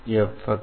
drc1F